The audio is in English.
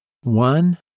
one